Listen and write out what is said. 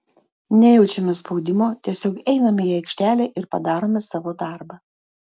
nejaučiame spaudimo tiesiog einame į aikštelę ir padarome savo darbą